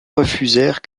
refusèrent